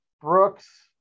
Brooks